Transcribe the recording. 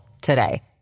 today